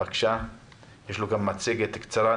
יש לו גם מצגת קצרה.